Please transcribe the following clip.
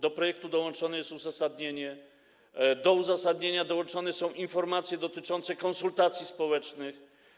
Do projektu dołączone jest uzasadnienie, do uzasadnienia dołączone są informacje dotyczące konsultacji społecznych.